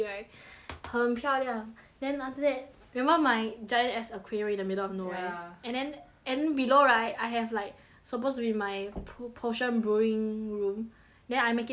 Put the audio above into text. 很漂亮 then after that remember my giant ass aquarium in the middle of nowhere ya and then and below right I have like supposed to be my po~ potion brewing room then I make it look like cave